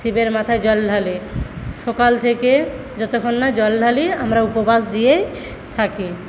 শিবের মাথায় জল ঢালি সকাল থেকে যতক্ষণ না জল ঢালি আমরা উপবাস দিয়েই থাকি